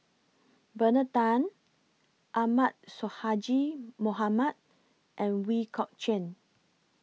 Bernard Tan Ahmad Sonhadji Mohamad and We Kok Chuen